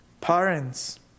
Parents